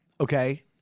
okay